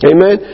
Amen